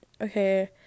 Okay